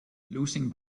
losing